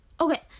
okay